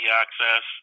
access